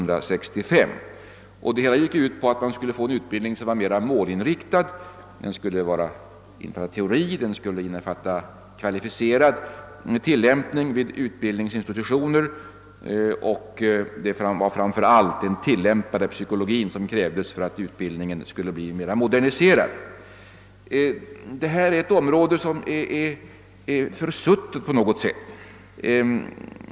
Det hela gick ut på att åstadkomma en mera målinriktad utbildning, som inte bara skulle innefatta teori utan även kvalificerad tillämpning vid utbildningsinstitutioner. Framför allt krävdes ämnet tillämpad psykologi för att utbildningen skulle bli moderniserad. Detta är ett område som har försummats på något sätt.